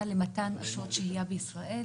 למתן אשרות שהייה בישראל.